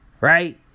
right